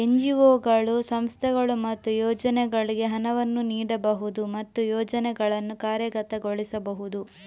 ಎನ್.ಜಿ.ಒಗಳು, ಸಂಸ್ಥೆಗಳು ಮತ್ತು ಯೋಜನೆಗಳಿಗೆ ಹಣವನ್ನು ನೀಡಬಹುದು ಮತ್ತು ಯೋಜನೆಗಳನ್ನು ಕಾರ್ಯಗತಗೊಳಿಸಬಹುದು